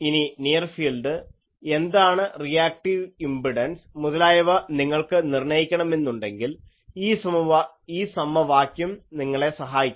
ഇനി near field എന്താണ് reactive impedance മുതലായവ നിങ്ങൾക്ക് നിർണ്ണയിക്കണമെന്നുണ്ടെങ്കിൽ ഈ സമവാക്യം നിങ്ങളെ സഹായിക്കും